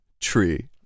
Tree